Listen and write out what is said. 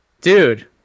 dude